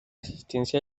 existencia